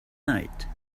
night